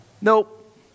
Nope